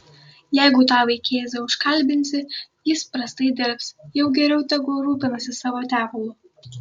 jeigu tą vaikėzą užkalbinsi jis prastai dirbs jau geriau tegu rūpinasi savo tepalu